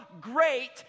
great